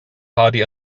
hardly